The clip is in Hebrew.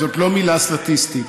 זאת לא מילה סטטיסטית.